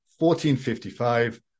1455